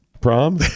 prom